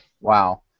Wow